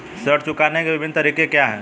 ऋण चुकाने के विभिन्न तरीके क्या हैं?